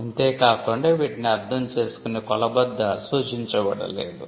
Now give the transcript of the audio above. ఇంతే కాకుండా వీటిని అర్ధం చేసుకునే కొలబద్ద సూచించబడలేదు